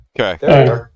Okay